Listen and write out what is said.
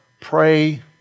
Pray